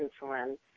insulin